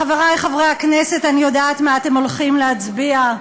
חברי חברי הכנסת, אני יודעת מה אתם הולכים להצביע.